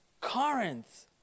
Corinth